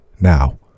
now